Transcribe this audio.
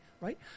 right